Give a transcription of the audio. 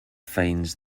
finds